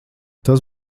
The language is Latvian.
tas